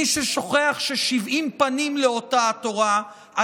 מי ששוכח ש-70 פנים לאותה התורה,